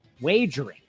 wagering